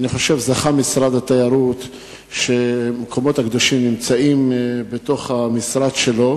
אני חושב שזכה משרד התיירות שהמקומות הקדושים נמצאים במשרד שלו.